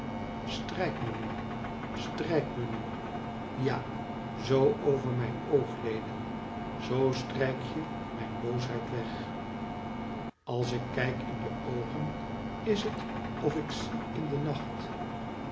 strijk me nu strijk me nu ja zoo over mijn oogleden zoo strijk je mijn boosheid weg als ik kijk in je oogen is het of ik zie in de nacht